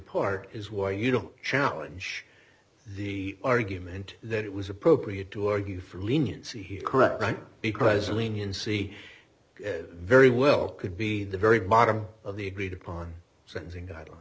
part is why you don't challenge the argument that it was appropriate to argue for leniency here correct because leniency very well could be the very bottom of the agreed upon sentencing i do